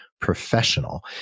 professional